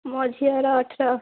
ମୋ ଝିଅର ଅଠର